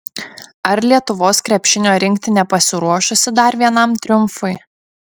ar lietuvos krepšinio rinktinė pasiruošusi dar vienam triumfui